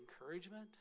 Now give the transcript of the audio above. encouragement